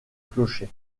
clocher